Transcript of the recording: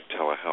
telehealth